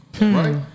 right